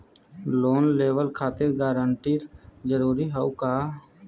Loan लेवब खातिर guarantor जरूरी हाउ का?